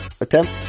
attempt